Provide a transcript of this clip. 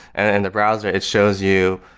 and in the browser, it shows you,